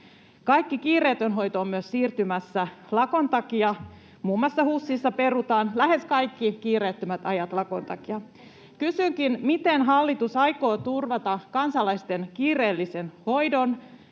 Kaikki kiireetön hoito on myös siirtymässä lakon takia: muun muassa HUSissa perutaan lähes kaikkien kiireettömät ajat lakon takia. Kysynkin: miten hallitus aikoo turvata kansalaisten kiireellisen hoidon